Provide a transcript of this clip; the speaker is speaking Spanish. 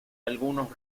algunos